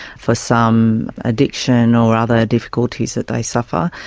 for some addiction or other difficulties that they suffer.